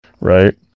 Right